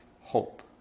hope